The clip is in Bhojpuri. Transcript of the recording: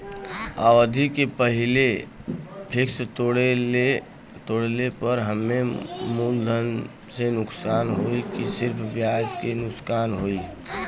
अवधि के पहिले फिक्स तोड़ले पर हम्मे मुलधन से नुकसान होयी की सिर्फ ब्याज से नुकसान होयी?